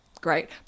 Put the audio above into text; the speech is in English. great